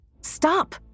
Stop